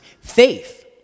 Faith